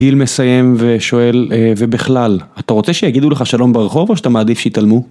גיל מסיים ושואל ובכלל אתה רוצה שיגידו לך שלום ברחוב או שאתה מעדיף שיתעלמו?